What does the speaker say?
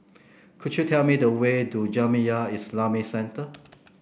could you tell me the way to Jamiyah Islamic Centre